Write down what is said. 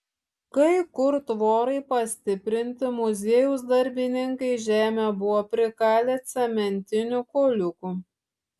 kai kur tvorai pastiprinti muziejaus darbininkai į žemę buvo prikalę cementinių kuoliukų